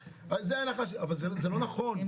זה לא נכון --- אז מה זה אומר?